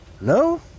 No